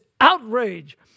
outrage